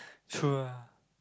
true lah